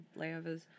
layovers